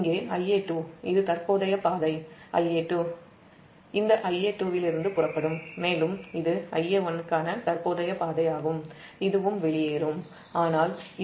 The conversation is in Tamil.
இங்கே Ia2 இது தற்போதைய பாதைக்கு இந்த Ia2 இலிருந்து புறப்படும் மேலும் இது Ia1 க்கான தற்போதைய பாதையாகும் இதுவும் வெளியேறும்ஆனால் இந்த 3Zf வரும்